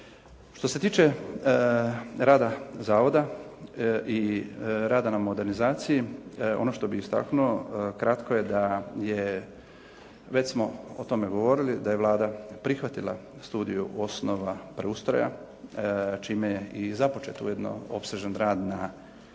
Što se tiče rada zavoda i rada na modernizaciji, ono što bih istaknuo kratko je da je, već smo o tome govorili, da je Vlada prihvatila studiju osnova preustroja čime je i započet ujedno opsežan rad na